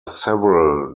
several